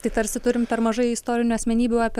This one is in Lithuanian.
tai tarsi turim per mažai istorinių asmenybių apie